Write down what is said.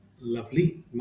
Lovely